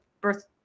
birth